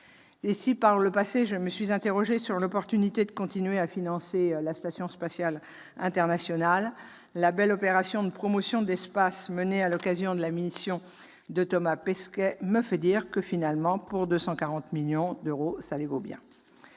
Si, par le passé, je me suis interrogée sur l'opportunité de continuer à financer la station spatiale internationale, la belle opération de promotion de l'espace menée à l'occasion de la mission de Thomas Pesquet me fait dire qu'elle vaut bien 240 millions d'euros. Je profite